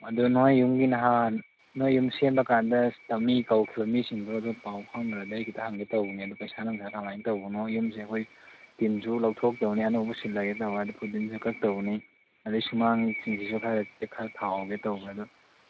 ꯑꯗꯣ ꯅꯈꯣꯏ ꯌꯨꯝꯒꯤ ꯅꯍꯥꯟ ꯅꯣꯏ ꯌꯨꯝ ꯁꯦꯝꯕ ꯀꯥꯟꯗ ꯃꯤ ꯀꯧꯈꯤꯕ ꯃꯤꯁꯤꯡꯗꯨ ꯑꯗꯨ ꯄꯥꯎ ꯐꯥꯎꯅꯔꯗꯤ ꯑꯩ ꯈꯤꯇ ꯍꯪꯒꯦ ꯇꯧꯕꯅꯦ ꯑꯗꯣ ꯄꯩꯁꯥ ꯅꯨꯡꯁꯥ ꯀꯃꯥꯏꯅ ꯇꯧꯕꯅꯣ ꯌꯨꯝꯁꯦ ꯑꯩꯈꯣꯏ ꯇꯤꯟꯁꯨ ꯍꯟꯗꯛ ꯂꯧꯊꯣꯛꯇꯣꯏꯅꯦ ꯑꯅꯧꯕ ꯁꯤꯟꯂꯒꯦ ꯇꯧꯕ ꯑꯗꯨ ꯐꯨꯇꯤꯟꯁꯨ ꯀꯛꯇꯧꯕꯅꯤ ꯑꯗꯩ ꯁꯨꯃꯥꯡ ꯁꯤꯡꯁꯤꯁꯨ ꯈꯔꯥ ꯆꯦꯛ ꯈꯔ ꯊꯥꯍꯧꯒꯦ ꯇꯧꯕ ꯑꯗꯣ